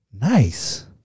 Nice